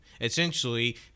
essentially